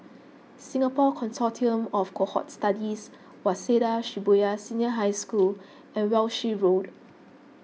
Singapore Consortium of Cohort Studies Waseda Shibuya Senior High School and Walshe Road